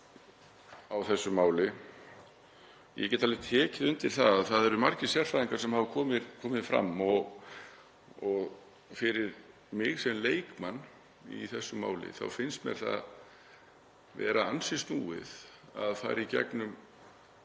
í þessu máli. Ég get alveg tekið undir að það eru margir sérfræðingar sem hafa komið fram og fyrir mig sem leikmann í þessu máli þá finnst mér vera ansi snúið að fara í gegnum